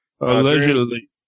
Allegedly